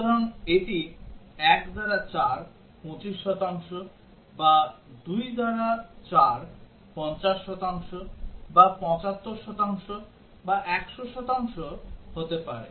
সুতরাং এটি 1 দ্বারা 4 25 শতাংশ বা 2 দ্বারা 4 50 শতাংশ বা 75 শতাংশ বা 100 শতাংশ হতে পারে